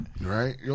Right